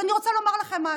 אז אני רוצה לומר לכם משהו: